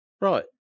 Right